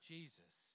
Jesus